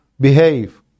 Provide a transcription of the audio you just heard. behave